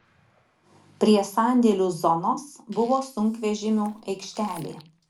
prie sandėlių zonos buvo sunkvežimių aikštelė